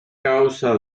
causa